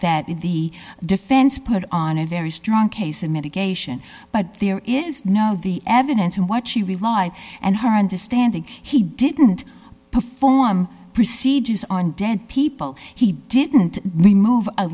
is the defense put on a very strong case in mitigation but there is no the evidence and what she relied and her understanding he didn't perform procedures on dead people he didn't remove a